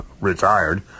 retired